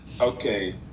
Okay